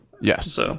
Yes